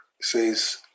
says